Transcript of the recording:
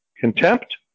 contempt